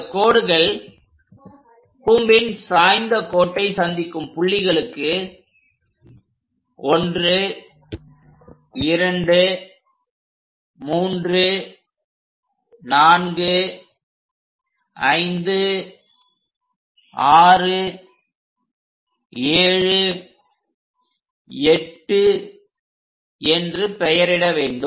இந்தக் கோடுகள் கூம்பின் சாய்ந்த கோட்டை சந்திக்கும் புள்ளிகளுக்கு 12345678 என்று பெயரிட வேண்டும்